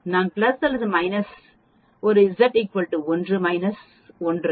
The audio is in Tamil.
நான் பிளஸ் அல்லது மைனஸ் ஒரு Z 1 மைனஸ் 1